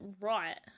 right